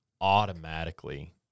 automatically